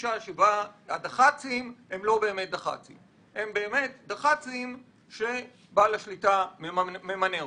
מהגישה שהדח"צים הם לא באמת דח"צים אלא דח"צים שבעל השליטה ממנה אותם.